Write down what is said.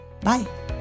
Bye